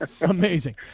Amazing